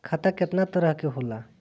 खाता केतना तरह के होला?